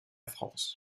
france